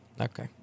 Okay